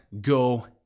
go